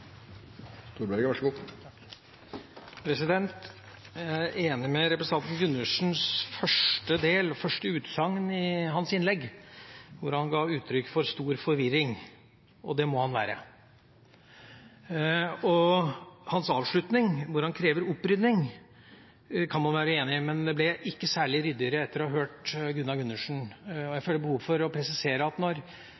første utsagnet i representanten Gundersens innlegg, hvor han ga uttrykk for stor forvirring – og det må han være. Hans avslutning, hvor han krever opprydning, kan man være enig i, men det ble ikke særlig ryddigere etter å ha hørt Gunnar